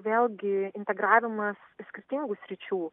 vėlgi integravimas skirtingų sričių